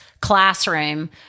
classroom